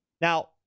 Now